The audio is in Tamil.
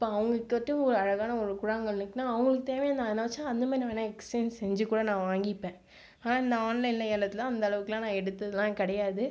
தான் அவங்களை கேட்டு ஒரு அழகான ஒரு கூழாங்கல் இருக்குன்னா அவர்களுக்கு தேவையான அந்த மாதிரி நான் வேண்டும் என்றால் எக்ஸ்சேஞ் செய்து கூட நான் வாங்கிப்பேன் ஆனால் நான் ஆன்லைனில் ஏலத்தில் எல்லாம் அந்த அளவுக்கு எல்லாம் நான் எடுத்தது எல்லாம் கிடையாது